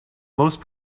most